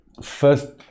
first